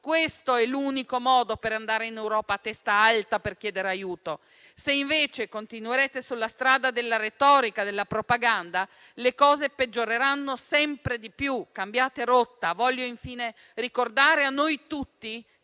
Questo è l'unico modo per andare in Europa a testa alta per chiedere aiuto. Se invece continuerete sulla strada della retorica e della propaganda, le cose peggioreranno sempre di più; cambiate rotta. Voglio infine ricordare a noi tutti